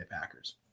Packers